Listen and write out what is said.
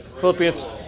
Philippians